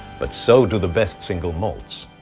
but so do the best single malts.